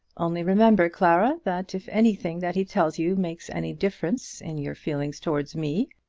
only, remember, clara, that if anything that he tells you makes any difference in your feelings towards me,